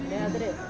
mmhmm